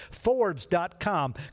forbes.com